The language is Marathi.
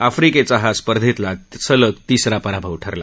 आफ्रिकेचा हा स्पर्धेतला सलग तिसरा पराभव ठरला